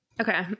Okay